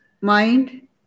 mind